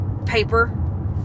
paper